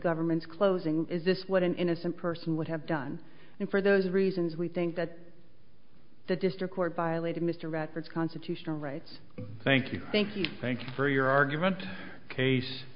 government's closing is this what an innocent person would have done and for those reasons we think that the district court violated mr radford's constitutional rights thank you thank you thank you for your argument case